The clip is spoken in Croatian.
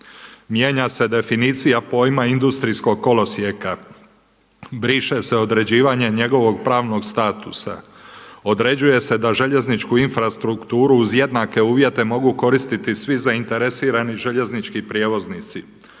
Mijenja se definicija pojma industrijskog kolosijeka, briše se određivanje njegovog pravnog statusa. Određuje se da željezničku infrastrukturu uz jednake uvjete mogu koristiti svi zainteresirani željeznički prijevoznici.